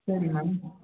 சரிங்க மேம்